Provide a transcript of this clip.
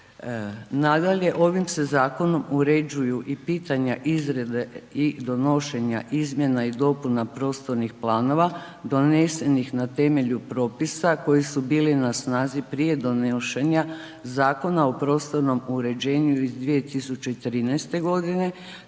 Nadalje, ovim se zakonom uređuju i pitanja izrade i donošenja izmjena i dopuna prostornih planova donesenih na temelju propisa koji su bili na snazi prije donošenja Zakona o prostornom uređenju iz 2013.g.,